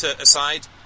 aside